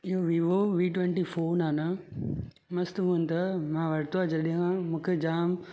इहो Vivo V twenty phone आहे न मस्तु फोन अथव मां वरितो आहे जॾहिं खां मूंखे जाम